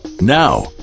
Now